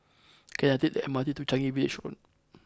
can I take the M R T to Changi Village Road